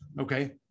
okay